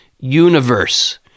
universe